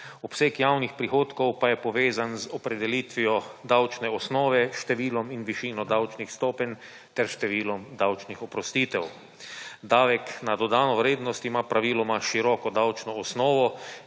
Obseg javnih prihodkov pa je povezan z opredelitvijo davčne osnove s številom in višino davčnih stopenj ter številom davčnih oprostitev. Davek na dodano vrednost ima praviloma široko davčno osnovo